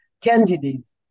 candidates